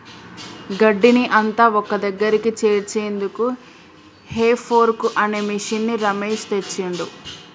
గడ్డిని అంత ఒక్కదగ్గరికి చేర్చేందుకు హే ఫోర్క్ అనే మిషిన్ని రమేష్ తెచ్చిండు